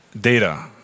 data